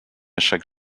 chaque